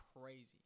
crazy